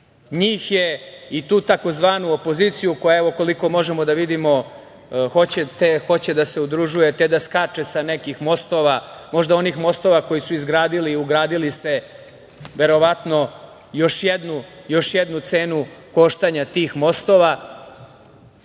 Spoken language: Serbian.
Njih i tu takozvanu opoziciju koja, evo, koliko možemo da vidimo, te hoće da se udružuje, te da skače sa nekih mostova, možda onih mostova koje su izgradili i ugradili se verovatno još jednu cenu koštanja tih mostova,